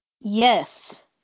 yes